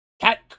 Cat